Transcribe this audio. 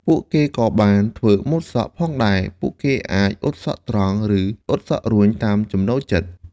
ពួកគេក៏បាន ធ្វើម៉ូតសក់ ផងដែរ។ ពួកគេអាច អ៊ុតសក់ត្រង់ ឬ អ៊ុតសក់រួញ តាមចំណូលចិត្ត។